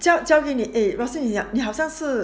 交交给你 eh rosie 你你好像是